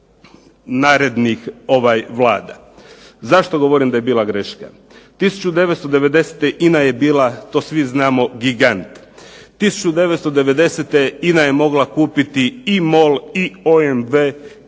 narednih vlada. Zašto govorim da je bila greška? 1990. INA je bila to svi znamo gigant. 1990. INA je mogla kupiti i MOL i OMV i